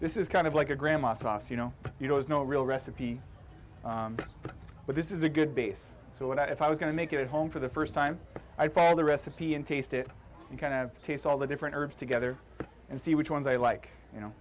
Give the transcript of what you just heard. this is kind of like a grandma sauce you know you know there's no real recipe but this is a good base so what if i was going to make it home for the first time i fall the recipe and taste it and kind of taste all the different herbs together and see which ones i like you know